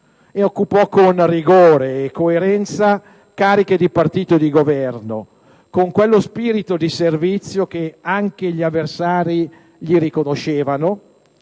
Rivestì con rigore e coerenza cariche di partito e di Governo, con quello spirito di servizio che anche gli avversari gli riconoscevano,